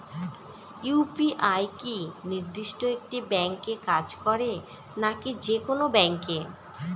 UPI কি নির্দিষ্ট একটি ব্যাংকে কাজ করে নাকি যে কোনো ব্যাংকে?